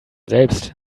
selbst